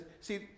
see